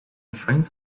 trains